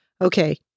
okay